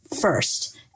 first